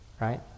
right